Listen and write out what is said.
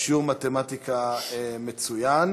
שיעור מתמטיקה מצוין.